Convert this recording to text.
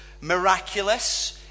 miraculous